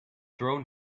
thrown